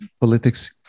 politics